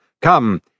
Come